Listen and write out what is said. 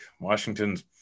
washington's